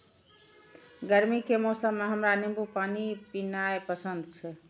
गर्मी के मौसम मे हमरा नींबू पानी पीनाइ पसंद छै